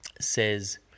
says